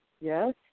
yes